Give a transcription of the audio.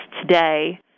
today